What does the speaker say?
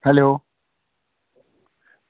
hello